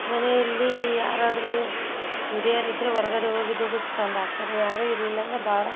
ಮನೆಯಲ್ಲಿ ಯಾರಾದರೂ ದುಡಿಯೋರು ಇದ್ದರೆ ಹೊರ್ಗಡೆ ಹೋಗಿ ದುಡದು ತಂದು ಹಾಕ್ತಾರೆ ಯಾರೂ ಇರಲಿಲ್ಲ ಅಂದರೆ ಭಾಳ